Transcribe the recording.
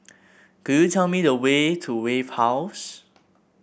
could you tell me the way to Wave House